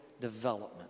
development